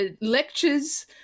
lectures